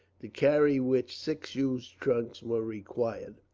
to carry which six huge trunks were required.